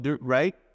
right